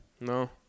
No